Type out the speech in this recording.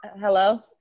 Hello